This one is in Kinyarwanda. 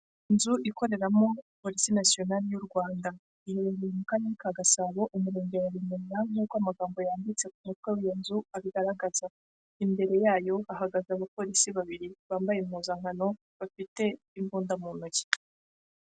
Inzu ikoreramo polisi na nasiyonari y'u Rwanda, iherereye mu karere ka Gasabo, umurenge wa Remera nk'uko amagambo yanditse ku mutwe w'izu abigaragaza, imbere yayo hahagaze abapolisi babiri bambaye impuzankano bafite imbunda mu ntoki.